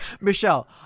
Michelle